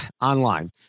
online